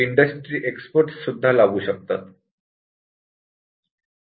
industry expert सुद्धा लागू शकतात